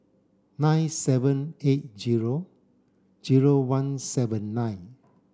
nine seven eight zero zero one seven nine